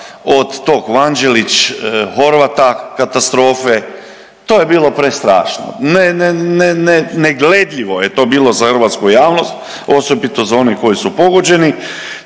od tog Vanđelić Horvata katastrofe. To je bilo prestrašno! Negledljivo je to bilo za hrvatsku javnost, osobito za one koji su pogođeni.